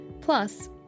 plus